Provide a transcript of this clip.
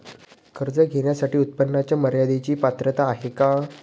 कर्ज घेण्यासाठी उत्पन्नाच्या मर्यदेची पात्रता आहे का?